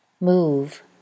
move